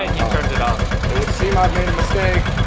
and he turned it off. it would seem i made a mistake,